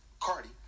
Cardi